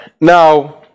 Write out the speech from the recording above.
Now